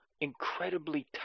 incredibly